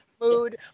mood